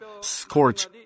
scorch